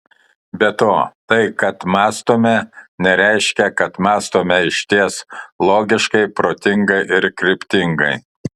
be to tai kad mąstome nereiškia kad mąstome išties logiškai protingai ir kryptingai